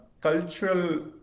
cultural